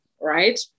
right